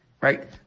right